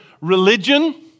religion